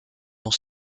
dans